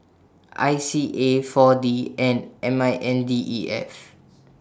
I C A four D and M I N D E F